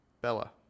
Bella